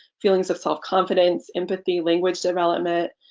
feelings of self-confidence, empathy language development,